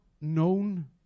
known